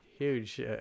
huge